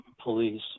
police